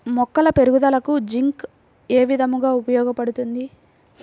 మొక్కల పెరుగుదలకు జింక్ ఏ విధముగా ఉపయోగపడుతుంది?